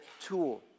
tool